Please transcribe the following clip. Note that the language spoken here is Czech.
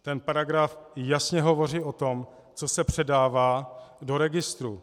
Ten paragraf jasně hovoří o tom, co se předává do registru.